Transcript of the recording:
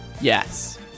Yes